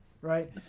Right